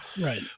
Right